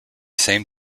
same